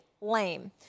Lame